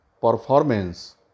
performance